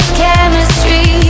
chemistry